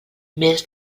més